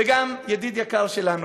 וגם ידיד יקר שלנו,